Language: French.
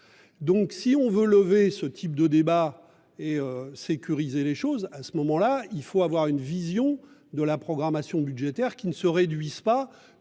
Donc si on veut lever ce type de débat et sécuriser les choses à ce moment-là, il faut avoir une vision de la programmation budgétaire qui ne se réduisent pas